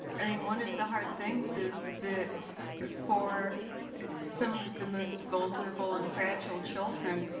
i mean, one of the hard things is that for some of the most vulnerable and fragile children,